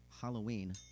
Halloween